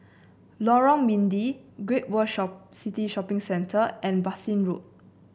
Lorong Mydin Great World Shop City Shopping Center and Bassein Road